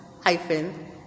hyphen